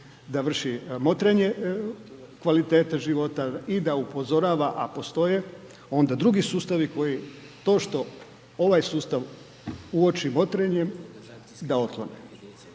da vrši motrenje kvalitete života i da upozorava, a postoje onda drugi sustavi koji to što ovaj sustav uoči motrenjem da otklone.